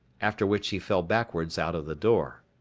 after which he fell backwards out of the door.